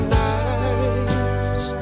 nights